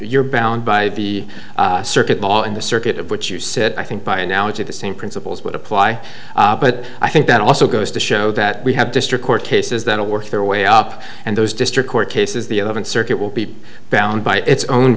you're bound by the circuit mall in the circuit of which you said i think by now it's of the same principles would apply but i think that also goes to show that we have district court cases that will work their way up and those district court cases the eleventh circuit will be bound by its own